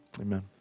amen